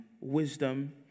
wisdom